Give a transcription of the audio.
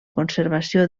conservació